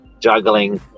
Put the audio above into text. juggling